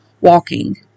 walking